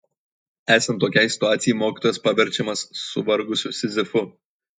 esant tokiai situacijai mokytojas paverčiamas suvargusiu sizifu